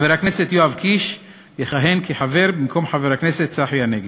חבר הכנסת יואב קיש יכהן כחבר במקום חבר הכנסת צחי הנגבי.